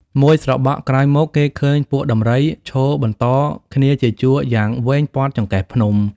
មួយស្របក់ក្រោយមក គេឃើញពួកដំរី ឈរបន្តគ្នាជាជួរយ៉ាងវែងព័ទ្ធចង្កេះភ្នំ ។